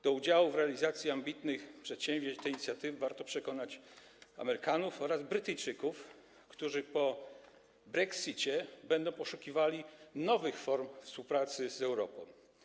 Do udziału w realizacji ambitnych przedsięwzięć tej inicjatywy warto przekonać Amerykanów oraz Brytyjczyków, którzy po brexicie będą poszukiwali nowych form współpracy z Europą.